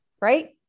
right